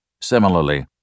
Similarly